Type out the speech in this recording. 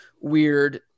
weird